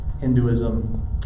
Hinduism